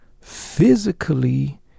Physically